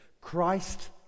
Christ